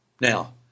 Now